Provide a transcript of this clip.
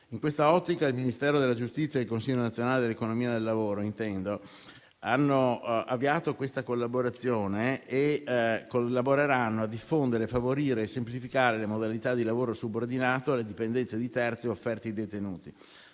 In quest'ottica, il Ministero della giustizia e il Consiglio nazionale dell'economia e del lavoro hanno avviato una collaborazione per diffondere, favorire e semplificare le modalità di lavoro subordinato alle dipendenze di terzi offerte ai detenuti.